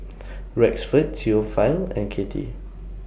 Rexford Theophile and Katie